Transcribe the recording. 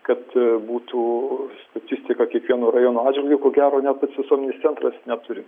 kad būtų statistika kiekvieno rajono atžvilgiu ko gero net pats visuomenės centras neturi